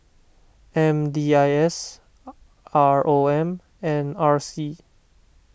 M D I S R O M and R C